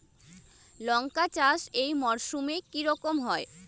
লঙ্কা চাষ এই মরসুমে কি রকম হয়?